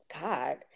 god